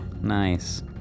Nice